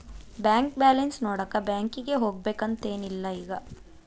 bank balance ನೋಡಾಕ ಬ್ಯಾಂಕಿಗೆ ಹೋಗ್ಬೇಕಂತೆನ್ ಇಲ್ಲ ಈಗ